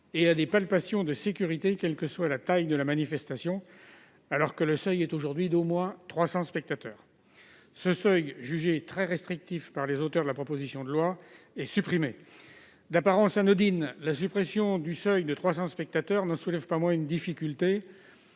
et à des palpations de sécurité, quelle que soit la taille de la manifestation, alors que ce n'est possible dans le droit actuel que pour les manifestations d'au moins 300 spectateurs. Ce seuil, jugé très restrictif par les auteurs de la proposition de loi, est supprimé. D'apparence anodine, la suppression du seuil de 300 spectateurs n'en soulève pas moins une difficulté